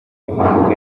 n’impanuka